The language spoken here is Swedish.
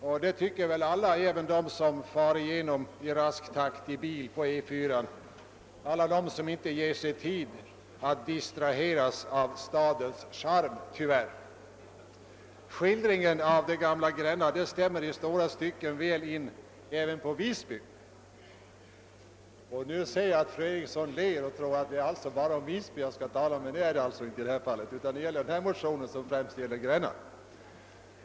Denna uppfattning torde delas av alla, även av dem som far igenom staden i rask takt med bil på E 4, tyvärr utan att ge sig tid att låta sig distraheras av stadens charm. Skildringen av det gamla Gränna stämmer i stora stycken även in på Visby. Jag ser att iru Eriksson i Stockholm ler — hon tror kanske att jag nu bara skall tala om Visby, men det skall jag inte göra, eftersom motionen främst avser Gränna.